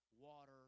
water